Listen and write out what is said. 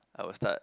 I will start